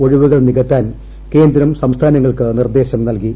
ഒഴിവുകൾ നികത്താൻ കേന്ദ്രം സ്ട്ര്സ്ഥാനങ്ങൾക്ക് നിർദ്ദേശം നൽകി